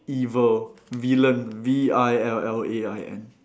evil villain V I L L A I N